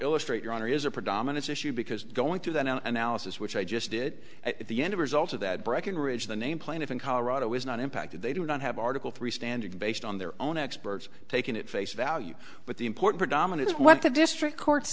illustrate your honor is a predominate issue because going through that analysis which i just did at the end of result of that breckenridge the name plaintiff in colorado is not impacted they do not have article three standard based on their own experts taken at face value but the important dominate is what the district cour